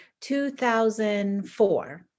2004